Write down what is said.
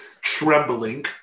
trembling